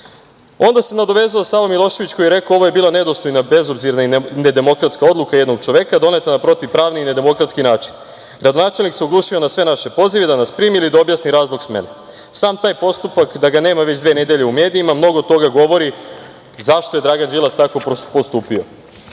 se nadovezao Savo Milošević koji je rekao: „Ovo je bila nedostojna, bezobzirna i nedemokratska odluka jednog čoveka doneta na protivpravni i nedemokratski način. Gradonačelnik se oglušio na sve naše pozive da nas primi ili da objasni razlog smene. Sam taj postupak da ga nema već dve nedelje u medijima mnogo toga govori zašto je Dragan Đilas tako postupio“.I